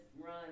run